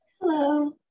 Hello